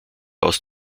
aus